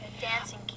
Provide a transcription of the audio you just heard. Dancing